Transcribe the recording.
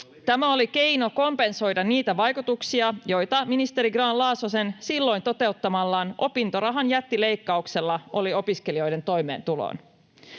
Tämä oli keino kompensoida niitä vaikutuksia, joita ministeri Grahn-Laasosen silloin toteuttamalla opintorahan jättileikkauksella oli opiskelijoiden toimeentuloon.